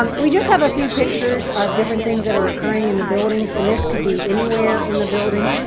um we just have a few pictures of different things that are occurring in the buildings. and this could be anywhere in the building.